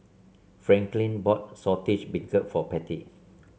Franklyn bought Saltish Beancurd for Patty